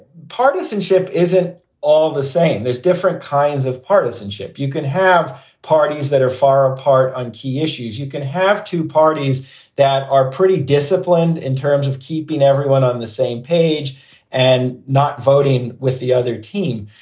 partisanship isn't all the same. there's different kinds of partisanship. you can have parties that are far apart on key issues. you can have two parties that are pretty disciplined in terms of keeping everyone on the same page and. not voting with the other team,